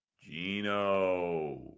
Gino